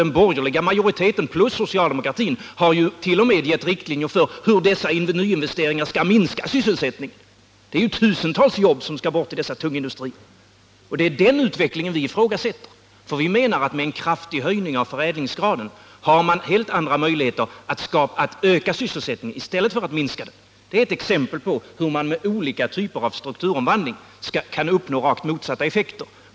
Den borgerliga majoriteten plus socialdemokratin har t.o.m. gett riktlinjer för hur dessa nyinvesteringar skall minska sysselsättningen. Det är ju tusentals jobb som skall bort i dessa tunga industrier. Det är den utvecklingen vi ifrågasätter. Vi menar att man med en kraftig höjning av förädlingsgraden får helt andra möjligheter att öka sysselsättningen i stället för att minska den. Det är ett exempel på hur man med olika typer av strukturomvandling kan uppnå rakt motsatta effekter.